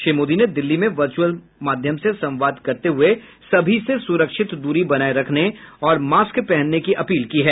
श्री मोदी ने दिल्ली में वर्चुअल माध्यम से संवाद करते हुए सभी से सुरक्षित दूरी बनाये रखने और मास्क पहनने की अपील की है